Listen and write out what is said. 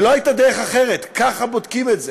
ולא הייתה דרך אחרת, ככה בודקים את זה